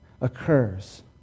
occurs